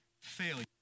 Failure